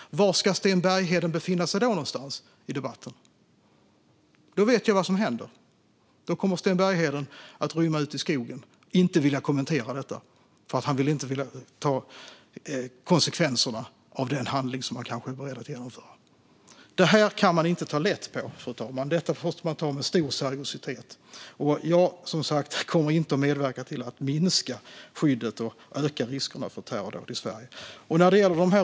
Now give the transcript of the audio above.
Var finns Sten Bergheden då i debatten? Jo, han kommer rymma till skogs och inte vilja kommentera det eftersom han inte vill ta konsekvenserna av den handling han kan tänka sig att genomföra. Fru talman! Man kan inte ta lätt på det här, utan det kräver stor seriositet. Jag kommer som sagt inte att medverka till att minska skyddet och öka risken för terrordåd i Sverige.